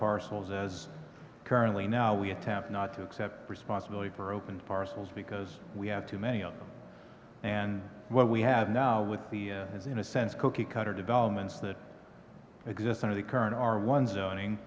parcels as currently now we attempt not to accept responsibility for open parcels because we have too many of them and what we have now with the is in a sense cookie cutter developments that exist under the current our one zoning